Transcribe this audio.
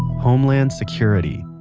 homeland security.